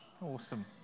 Awesome